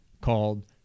called